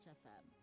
fm